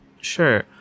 sure